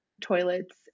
toilets